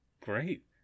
great